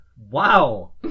Wow